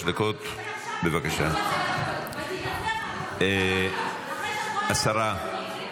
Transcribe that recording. ------ אחרי שאת רואה, תתנצלי.